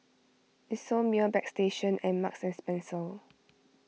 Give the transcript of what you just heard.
Isomil Bagstationz and Marks and Spencer